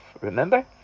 remember